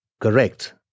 Correct